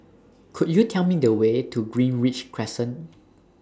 Could YOU Tell Me The Way to Greenridge Crescent